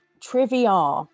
Trivia